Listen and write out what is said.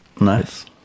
Nice